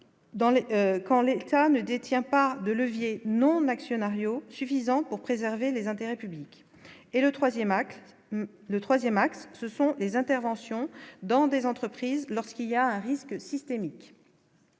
camp l'électorat ne détient pas de levier non actionnariat suffisante pour préserver les intérêts publics et le 3ème acte le 3ème axe, ce sont des interventions dans des entreprises lorsqu'il y a un risque systémique,